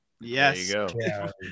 yes